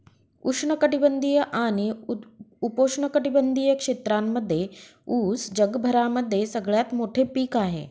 उष्ण कटिबंधीय आणि उपोष्ण कटिबंधीय क्षेत्रांमध्ये उस जगभरामध्ये सगळ्यात मोठे पीक आहे